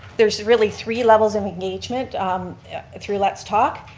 there's really three levels of engagement through let's talk,